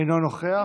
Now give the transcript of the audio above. אינו נוכח.